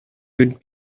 would